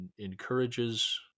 encourages